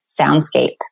soundscape